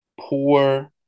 poor